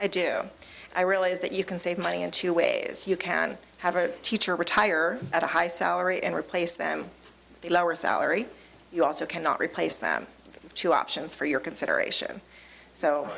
i do i realize that you can save money in two ways you can have a teacher retire at a high salary and replace them with a lower salary you also cannot replace them with two options for your consideration so